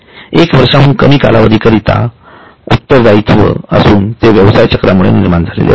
हे एकवर्षांहून कमी कालावधी करिताचे उत्तरदायित्व असून ते व्यवसाय चक्रामुळे निर्माण झालेले असते